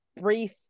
brief